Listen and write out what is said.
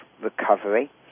recovery